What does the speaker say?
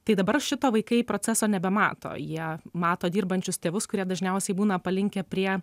tai dabar šito vaikai proceso nebemato jie mato dirbančius tėvus kurie dažniausiai būna palinkę prie